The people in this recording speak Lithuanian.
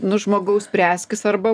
nu žmogau spręskis arba